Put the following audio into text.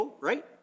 right